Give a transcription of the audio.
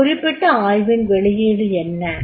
அந்த குறிப்பிட்ட ஆய்வின் வெளியீடு என்ன